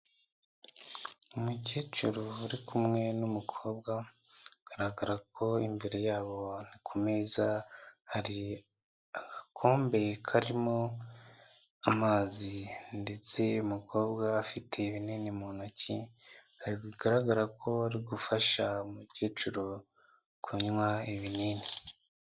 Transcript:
Umukecuru uri kumwe n'umukobwa bigaragara ko imbere yabo ku meza hari agakombe karimo amazi ndetse umukobwa afite ibinini mu ntoki bigaragara ko ari gufasha umukecuru kunywa ibinini.